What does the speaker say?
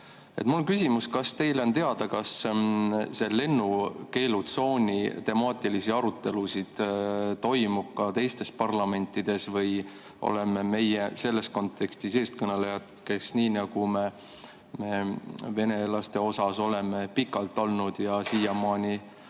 Mul on küsimus. Kas teile on teada, kas lennukeelutsoonitemaatilisi arutelusid toimub ka teistes parlamentides või oleme meie selles kontekstis eestkõnelejad, nii nagu me venelaste suhtes oleme pikalt olnud? Siiamaani